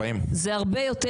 40. זה הרבה יותר